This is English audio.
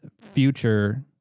future